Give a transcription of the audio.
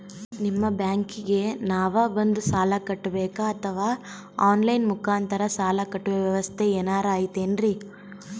ನಿಮ್ಮ ಬ್ಯಾಂಕಿಗೆ ನಾವ ಬಂದು ಸಾಲ ಕಟ್ಟಬೇಕಾ ಅಥವಾ ಆನ್ ಲೈನ್ ಮುಖಾಂತರ ಸಾಲ ಕಟ್ಟುವ ವ್ಯೆವಸ್ಥೆ ಏನಾರ ಐತೇನ್ರಿ?